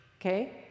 okay